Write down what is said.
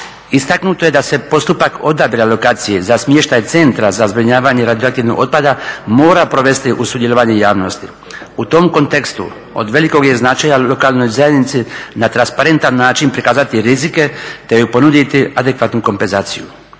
Istaknuto je da se postupak odabira lokacije za smještaj Centra za zbrinjavanje radioaktivnog otpada mora provesti uz sudjelovanje javnosti. U tom kontekstu od velikog je značaja lokalnoj zajednici na transparentan način prikazati rizike, te joj ponuditi adekvatnu kompenzaciju.